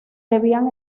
debían